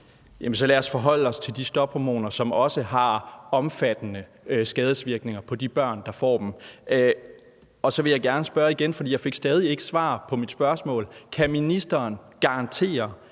Så lad os forholde os til de stophormoner, som også har omfattende skadesvirkninger på de børn, der får dem, og så vil jeg gerne spørge igen, for jeg fik stadig ikke svar på mit spørgsmål: Kan ministeren garantere,